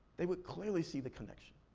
they would clearly see the connection.